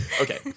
Okay